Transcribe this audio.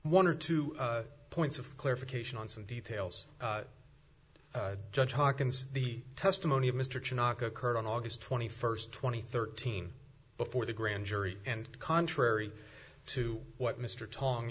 one or two points of clarification on some details judge hawkins the testimony of mr to knock occurred on august twenty first twenty thirteen before the grand jury and contrary to what mr tong